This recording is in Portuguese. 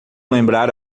lembrar